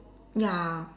ya